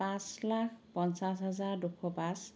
পাঁচ লাখ পঞ্চছ হাজাৰ দুশ পাঁচ